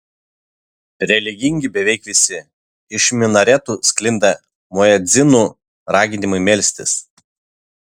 religingi beveik visi iš minaretų sklinda muedzinų raginimai melstis